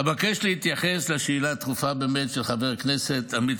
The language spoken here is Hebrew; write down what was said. אבקש להתייחס לשאילתה הדחופה של חבר הכנסת עמית